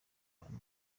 abandi